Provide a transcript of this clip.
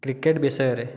cricket ବିଷୟରେ